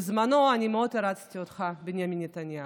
בזמנו אני מאוד הערצתי אותך, בנימין נתניהו.